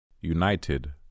United